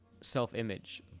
self-image